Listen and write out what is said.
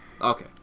Okay